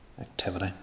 activity